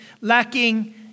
lacking